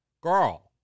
girl